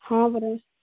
ହଁ ପରା